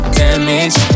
damage